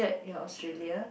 ya Australia